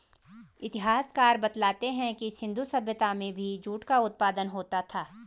इतिहासकार बतलाते हैं कि सिन्धु सभ्यता में भी जूट का उत्पादन होता था